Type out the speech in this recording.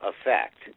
effect